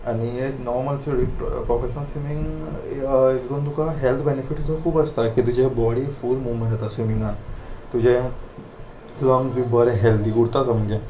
आनी normal swimming professional swimming हितून तुका हेल्थ बेनिफीट सुद्दां खूब आसता की तुजे बॉडी फूल मुवमेंट येता स्विमींगान तुजे लंग्स बी बरें हेल्दी उरता सामकें